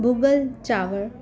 भुॻल चांवर